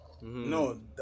No